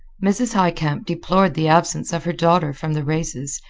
mrs. highcamp deplored the absence of her daughter from the races,